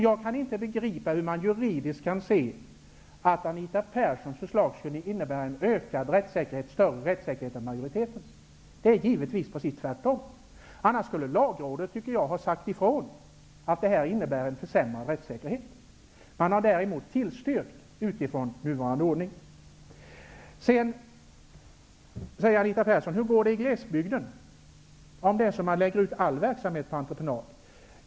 Jag kan inte begripa hur Anita Perssons förslag juridiskt skulle innebära större rättssäkerhet än majoritetens förslag. Det är givetvis precis tvärtom. Annars skulle Lagrådet ha sagt ifrån, att det här innebär en försämrad rättssäkerhet. Lagrådet har dock tillstyrkt en lagreglering utifrån nuvarande ordning. Sedan frågar Anita Persson hur det går i glesbygden om man lägger ut all verksamhet på entreprenad.